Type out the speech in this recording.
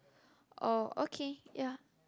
oh okay ya